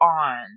on